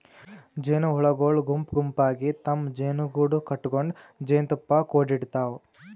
ಜೇನಹುಳಗೊಳ್ ಗುಂಪ್ ಗುಂಪಾಗಿ ತಮ್ಮ್ ಜೇನುಗೂಡು ಕಟಗೊಂಡ್ ಜೇನ್ತುಪ್ಪಾ ಕುಡಿಡ್ತಾವ್